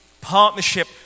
partnership